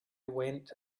went